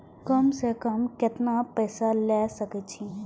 कम से कम केतना पैसा ले सके छी?